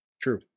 True